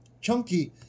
chunky